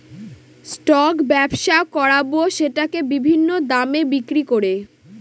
stock ব্যবসা করাবো সেটাকে বিভিন্ন দামে বিক্রি করে